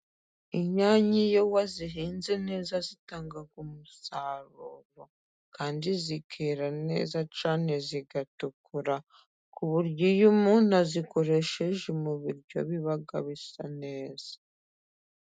Inyanya iyo wa zihinnze neza zitanga umusaruro kandi zikera neza cyane zigatukura, kuburyo iyo umuntu azikoresheje mu biryo biba bisa neza.